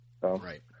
Right